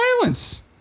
violence